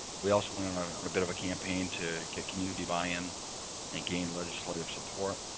we also went on a bit of a campaign to get community buy-in and gain legislative support.